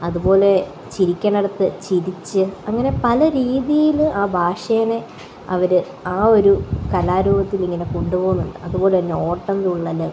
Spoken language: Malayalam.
അതുപോലെ ചിരിക്കണടത്ത് ചിരിച്ച് അങ്ങനെ പല രീതിയില് ആ ഭാഷേനെ അവര് ആ ഒരു കലാരൂപത്തിനെ ഇങ്ങനെ കൊണ്ടു പോകുന്നുണ്ട് അതുപോലെതന്നെ ഓട്ടന്തുള്ളല്